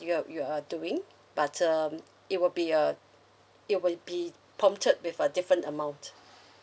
you're you're doing but um it will be uh it will be prompted with a different amount